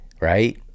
right